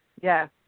Yes